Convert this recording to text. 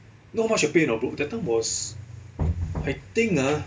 not much to pay you know that time was I think ah